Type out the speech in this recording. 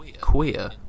queer